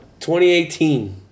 2018